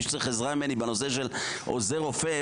אם מישהו צריך עזרה ממני בנושא של עוזרי רופא,